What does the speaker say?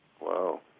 Wow